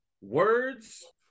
Words